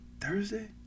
Thursday